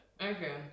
okay